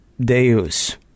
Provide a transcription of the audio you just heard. deus